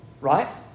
Right